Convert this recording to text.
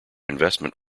investment